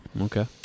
okay